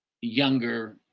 younger